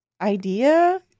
Idea